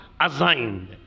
assigned